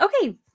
Okay